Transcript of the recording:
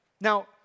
Now